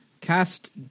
cast